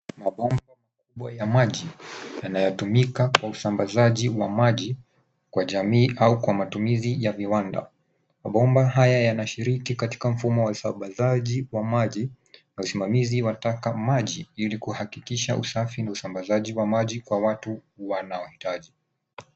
Mabomba ya maji, yanayotumika kwa usambazaji wa maji, kwa jamii au kwa matumizi ya viwanda. Mabomba haya yanashiriki katika mfumo wa usambazaji wa maji, na usimamizi wa taka maji, ili kuhakikisha usafi na usambazaji wa maji kwa watu wanaohitaji.